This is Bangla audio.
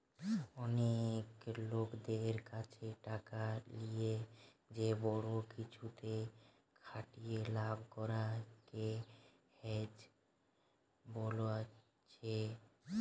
অনেক লোকদের কাছে টাকা লিয়ে যে বড়ো কিছুতে খাটিয়ে লাভ করা কে হেজ বোলছে